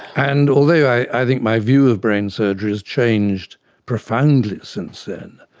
and although i think my view of brain surgery has changed profoundly since then,